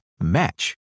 match